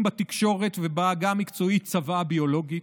בתקשורת ובעגה המקצועית "צוואה ביולוגית",